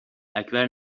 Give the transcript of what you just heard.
اکبر